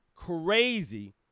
crazy